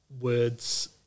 words